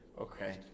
okay